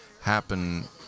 happen